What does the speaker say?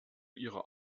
ihrer